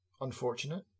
unfortunate